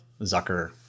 Zucker